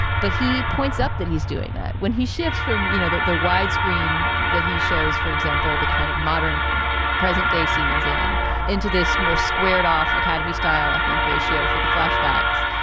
but he points up that he's doing that when he shifts from, you know, that the widescreen that he shows, for example, the kind of modern present day scenes in into this more squared off academy style, i think, ratio for the flashbacks.